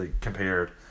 Compared